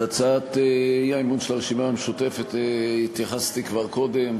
אל הצעת האי-אמון של הרשימה המשותפת התייחסתי כבר קודם,